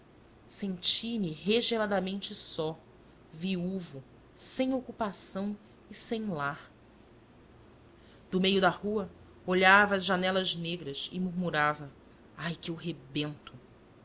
vazia senti-me regeladamente só viúvo sem ocupação e sem lar do meio da rua olhava as janelas negras e murmurava ai que eu rebento